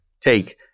take